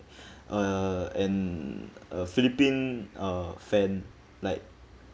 err and a philippine uh fan like